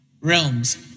realms